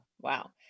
wow